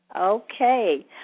Okay